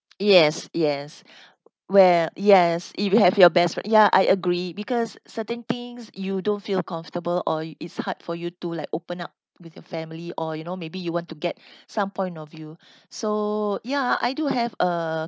yes yes where yes if you have your best fri~ ya I agree because certain things you don't feel comfortable or it's hard for you to like open up with your family or you know maybe you want to get some point of view so ya I do have a